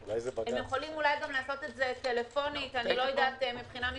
הם יכולים אולי לעשות את זה טלפונית אני לא יודעת משפטית,